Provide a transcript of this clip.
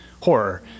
horror